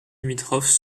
limitrophes